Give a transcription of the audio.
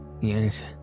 Yes